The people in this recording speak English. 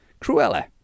Cruella